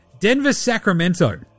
Denver-Sacramento